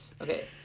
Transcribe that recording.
Okay